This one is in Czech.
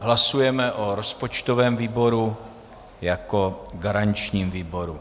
Hlasujeme o rozpočtovém výboru jako garančním výboru.